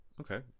okay